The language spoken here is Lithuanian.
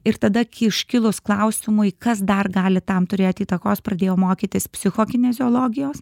ir tada kai iškilus klausimui kas dar gali tam turėt įtakos pradėjau mokytis psichokineziologijos